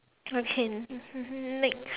okay next